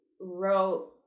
wrote